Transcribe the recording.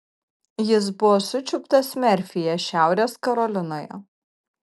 jis buvo sučiuptas merfyje šiaurės karolinoje